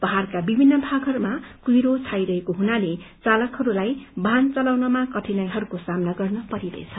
पहाड़का विभिन्न भागहरूमा कुइरो छाइरहेको हुनाले चालकहरू वाहन चलाउनमा कठिनाईहरूको समाना गर्न परिरहेछ